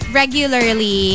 regularly